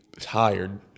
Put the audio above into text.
tired